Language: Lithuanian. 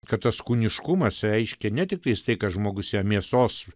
kad tas kūniškumas reiškia ne tiktais tai kad žmogus yra mėsos